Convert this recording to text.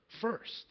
first